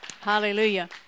hallelujah